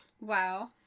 Wow